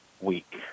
week